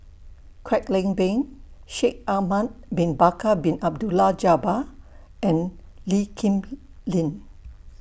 Kwek Leng Beng Shaikh Ahmad Bin Bakar Bin Abdullah Jabbar and Lee Kip Lin